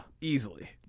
Easily